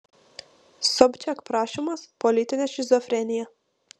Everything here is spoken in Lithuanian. sobčiak prašymas politinė šizofrenija